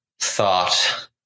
thought